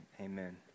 amen